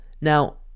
Now